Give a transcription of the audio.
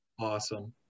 Awesome